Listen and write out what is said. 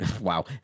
wow